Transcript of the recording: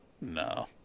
No